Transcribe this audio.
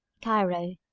cairo,